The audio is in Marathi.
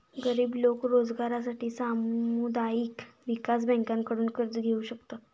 गरीब लोक रोजगारासाठी सामुदायिक विकास बँकांकडून कर्ज घेऊ शकतात